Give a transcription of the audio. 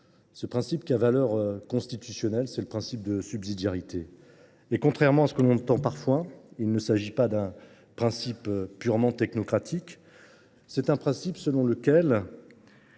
un principe qui a valeur constitutionnelle : la subsidiarité. Contrairement à ce que l’on entend parfois, il ne s’agit pas d’un principe purement technocratique ; c’est un principe selon lequel